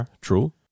True